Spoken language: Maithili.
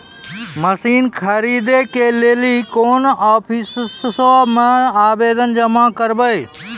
मसीन खरीदै के लेली कोन आफिसों मे आवेदन जमा करवै?